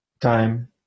time